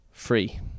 Free